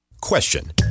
Question